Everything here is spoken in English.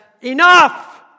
Enough